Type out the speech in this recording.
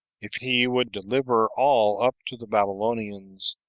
if he would deliver all up to the babylonians,